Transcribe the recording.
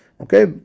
Okay